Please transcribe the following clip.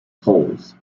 poles